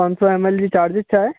पंज सौ M L जी चार्जिस छाहे